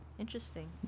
Interesting